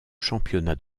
championnats